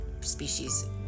species